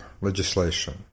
legislation